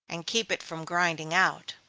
and keep it from grinding out.